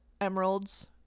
emeralds